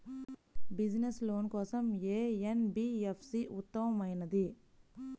Business loan కోసం ఏ NBFC ఉత్తమమైనది?